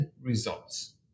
results